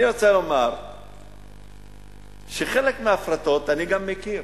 אני רוצה לומר שחלק מההפרטות גם אני מכיר.